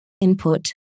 input